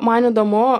man įdomu